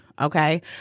Okay